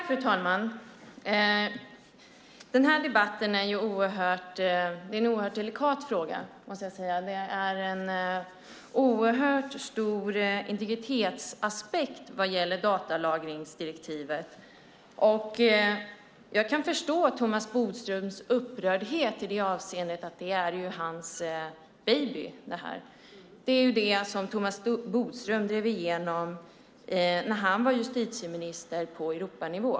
Fru talman! Det här är en delikat fråga. Det finns en viktig integritetsaspekt när det gäller datalagringsdirektivet. Jag kan förstå Thomas Bodströms upprördhet i det avseendet. Det är ju hans baby. Det är det som Thomas Bodström drev igenom på Europanivå när han var justitieminister.